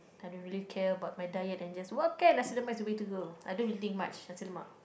I don't care about my diet and just okay Nasi-Lemak is the way to go I don't really think much Nasi-Lemak